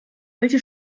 welche